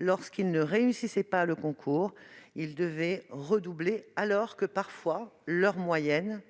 lorsqu'ils ne réussissaient pas le concours, ils devaient redoubler, alors que, parfois, leur moyenne